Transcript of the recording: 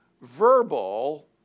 verbal